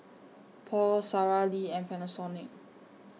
Paul Sara Lee and Panasonic